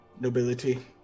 nobility